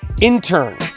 Intern